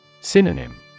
Synonym